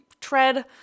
tread